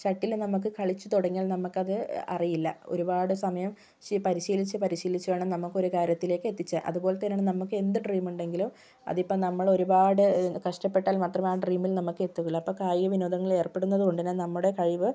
shuttle നമുക്ക് കളിച്ച് തുടങ്ങിയാൽ നമുക്കത് അറിയില്ല ഒരുപാട് സമയം ശ് പരിശീലിച്ച് പരിശീലിച്ച് വേണം നമ്മുക്കൊരു കാര്യത്തിലേക്ക് എത്തി ചേരാൻ അതുപോലെ തന്നെയാണ് നമുക്കെന്ത് ഡ്രീമുണ്ടെങ്കിലോ അതിപ്പം നമ്മള് ഒരുപാട് കഷ്ട്ടപ്പെട്ടാൽ മാത്രമെ ആ ഡ്രീമിൽ നമുക്ക് എത്തുകയുള്ളു അപ്പം കായിക വിനോദങ്ങളിൽ ഏർപ്പെടുന്നത് കൊണ്ട് തന്നെ നമ്മുടെ കഴിവ്